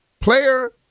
player